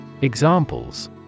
Examples